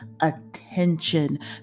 attention